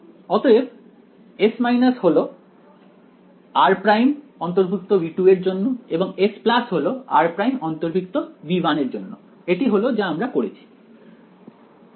অতএব S হল r′ ∈ V2 এর জন্য এবং S হলো r′ ∈ V1 এর জন্য এটি হলো যা আমরা করেছি